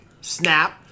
Snap